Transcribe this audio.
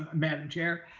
madam chair.